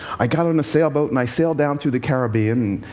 i got on a sailboat and i sailed down to the caribbean,